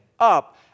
Up